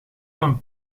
van